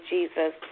Jesus